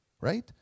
right